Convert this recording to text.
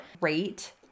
Great